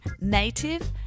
native